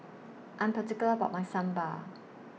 I Am particular about My Sambar